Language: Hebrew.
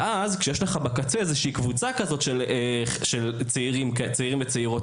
כשיש לך בקצה איזו קבוצה כזו של צעירים וצעירות,